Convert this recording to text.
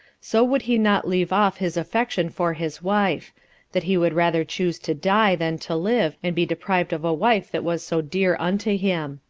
so would he not leave off his affection for his wife that he would rather choose to die than to live, and be deprived of a wife that was so dear unto him.